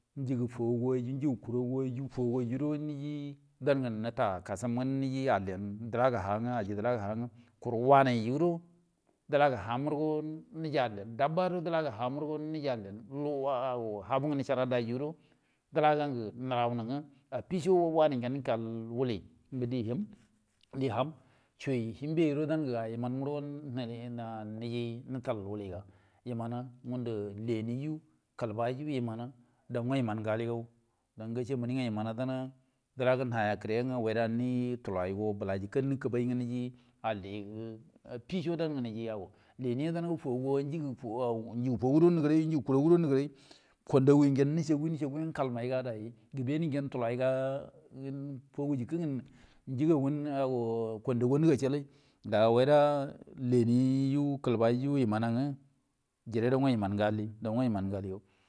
Njəge fouwayu njəge kuron ngudo netti kasam ga alliy dilage hamniro yelli dabba gudo di lagi ham wori naji alliyan dingi haburi nacara daiwado dilagan nge aro dairam affico wanai nge wuli nga di him ham ciu hinbe gudo da yu imam hindu niji mital wudi gan iyiman go yuji loni yu kilbaiyon yo ga yimango alligai dan gace meni gan dilaga nawe airgen ge waydo niji tulai no bila gukkə niku bainge aji alliyen affi co dan naji awo dina naji fouwo do negerai kwndau gudu negerai kwandagu necega kalmai kalmai geben dige tulaiga njəge kandagi nigacalai na wayda laniyu kilbaiyu yinan ge jirero yunan ge alliy.